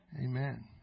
Amen